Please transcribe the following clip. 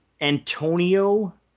Antonio